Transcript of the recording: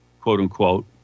quote-unquote